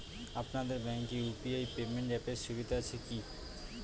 আপনাদের ব্যাঙ্কে UPI payment অ্যাপের সুবিধা আছে কি?